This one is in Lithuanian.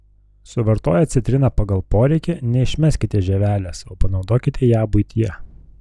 suvartoję citriną pagal poreikį neišmeskite žievelės o panaudokite ją buityje